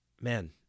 man